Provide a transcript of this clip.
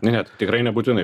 ne ne t tikrai nebūtinai